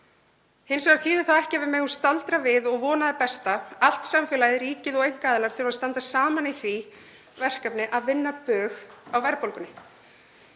Hins vegar þýðir það ekki að við megum staldra við og vona það besta; allt samfélagið, ríkið og einkaaðilar þarf að standa saman í því verkefni að vinna bug á verðbólgunni.